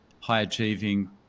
high-achieving